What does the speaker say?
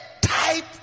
type